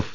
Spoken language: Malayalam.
എഫ്